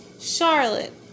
Charlotte